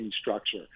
structure